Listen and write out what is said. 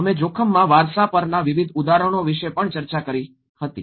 અમે જોખમમાં વારસા પરના વિવિધ ઉદાહરણો વિશે પણ ચર્ચા કરી હતી